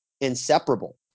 inseparable